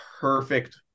perfect